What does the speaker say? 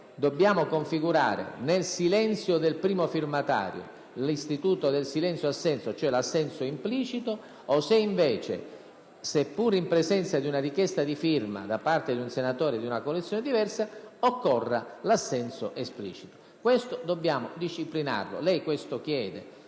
dobbiamo stabilire se, nel silenzio del primo firmatario, si configura l'istituto del silenzio-assenso, cioè l'assenso implicito, o se invece, in presenza di una richiesta di firma da parte di un senatore di una coalizione diversa, occorra l'assenso esplicito. Questo aspetto va disciplinato. Lei lo richiede,